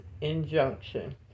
injunction